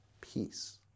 peace